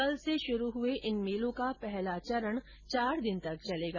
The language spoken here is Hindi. कल से शुरू हुए इन मेलों का पहला चरण चार दिन तक चलेगा